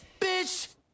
bitch